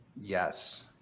Yes